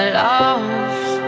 lost